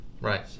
Right